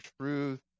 truth